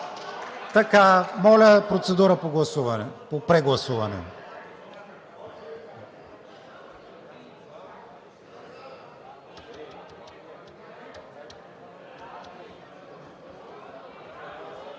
Моля процедура по прегласуване.